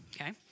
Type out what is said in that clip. okay